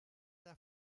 der